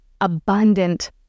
abundant